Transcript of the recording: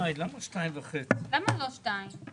הישיבה ננעלה בשעה 13:53.